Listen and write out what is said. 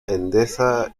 endesa